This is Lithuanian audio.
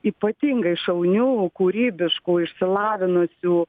ypatingai šaunių kūrybiškų išsilavinusių